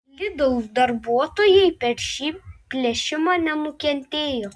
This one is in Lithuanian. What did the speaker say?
lidl darbuotojai per šį plėšimą nenukentėjo